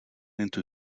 into